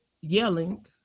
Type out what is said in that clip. yelling